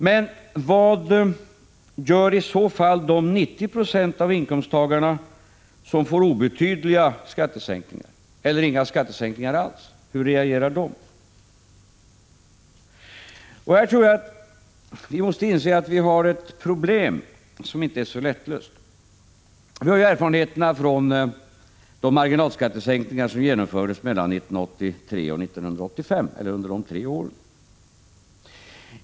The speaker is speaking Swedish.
Men vad gör i så fall de 90 70 av inkomsttagarna som får obetydliga skattesänkningar eller inga skattesänkningar alls? Hur reagerar dessa inkomsttagare? Jag tror att vi måste inse att vi har ett problem som inte är så lättlöst. Vi har erfarenheterna från de marginalskattesänkningar som genomfördes 1983 1985.